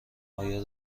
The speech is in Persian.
آیا